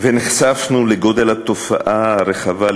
ונחשפנו לגודל התופעה הרחבה,